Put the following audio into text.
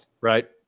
Right